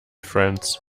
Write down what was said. friends